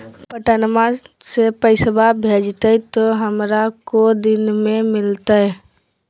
पटनमा से पैसबा भेजते तो हमारा को दिन मे मिलते?